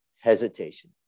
hesitation